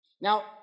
Now